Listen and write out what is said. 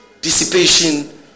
dissipation